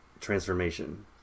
transformation